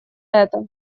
это